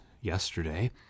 yesterday